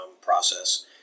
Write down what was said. process